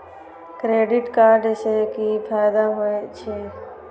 Credit card से कि फायदा होय छे?